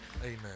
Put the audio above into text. Amen